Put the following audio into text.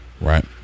Right